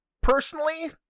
Personally